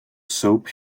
soap